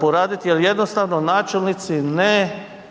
poraditi jel jednostavno načelnici ne